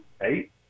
eight